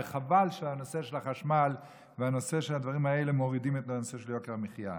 וחבל שהנושא של החשמל והדברים האלה מורידים את הנושא של יוקר המחיה.